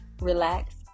relax